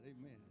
Amen